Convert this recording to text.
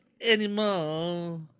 anymore